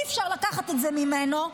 אי-אפשר לקחת את זה ממנו,